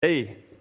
Hey